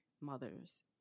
mothers